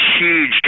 huge